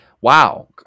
Wow